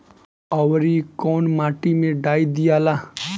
औवरी कौन माटी मे डाई दियाला?